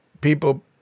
people